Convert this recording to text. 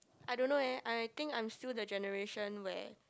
I don't know eh I think I'm still the generation where